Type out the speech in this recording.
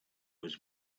was